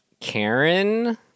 Karen